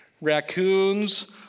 raccoons